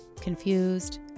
confused